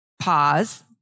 pause